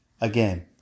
again